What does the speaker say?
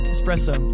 Espresso